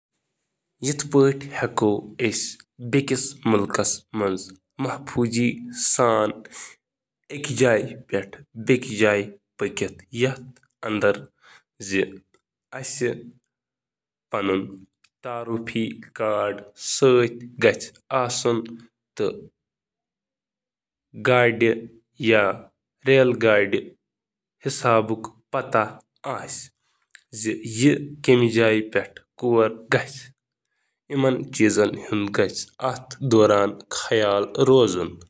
کُنہِ غٲر مُلکَس منٛز کُنہِ محفوٗظ سفرٕ خٲطرٕ کٔرِو پنٛنِس مُقامس پٮ۪ٹھ پوٗرٕ پٲٹھۍ تحقیق، مقٲمی رسم و رواج تہٕ قونوٗنَن نِش باخبر روزُن، پنُن سفرنامہٕ گۄڈَے منصوٗبہٕ بنٲوِو، ضروٗری شناخت کٔرِو، مقٲمی زبانہِ منٛز بُنیٲدی جملہٕ ہیٚچھِو، اصل پٲٹھۍ روشن علاقن منٛز روزُن۔